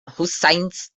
husseins